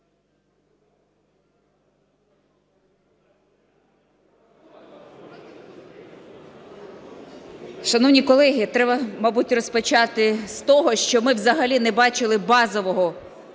Шановні колеги, треба, мабуть, розпочати з того, що ми взагалі не бачили базового